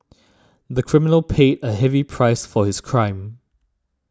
the criminal paid a heavy price for his crime